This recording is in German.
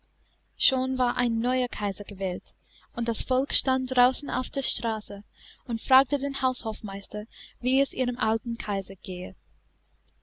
schon war ein neuer kaiser gewählt und das volk stand draußen auf der straße und fragte den haushofmeister wie es ihrem alten kaiser gehe